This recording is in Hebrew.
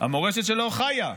המורשת שלו חיה.